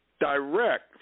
direct